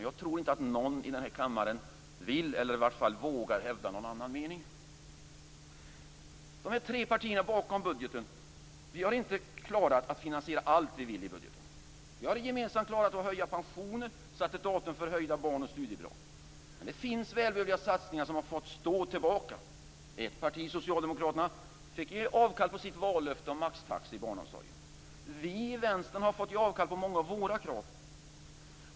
Jag tror inte att någon här i kammaren vill eller i vart fall vågar hävda någon annan mening. De tre partierna bakom budgeten har inte klarat att finansiera allt vad vi vill i budgeten. Vi har gemensamt klarat att höja pensioner och satt ett datum för höjda barn och studiebidrag. Men andra välbehövliga satsningar har fått stå tillbaka. Ett parti, Socialdemokraterna, fick ge avkall på sitt vallöfte om maxtaxor i barnomsorgen. Vi i Vänstern har fått ge avkall på många av våra krav.